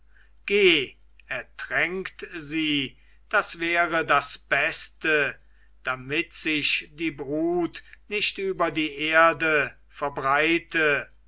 ertränkt sie das wäre das beste damit sich die brut nicht über die erde verbreite